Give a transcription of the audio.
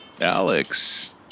Alex